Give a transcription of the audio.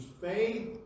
faith